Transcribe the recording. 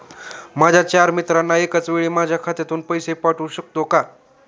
माझ्या चार मित्रांना एकाचवेळी माझ्या खात्यातून पैसे पाठवू शकतो का?